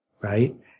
Right